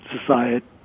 Society